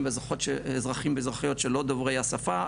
ואזרחים ואזרחיות שאינם דוברי השפה,